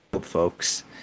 folks